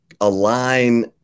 align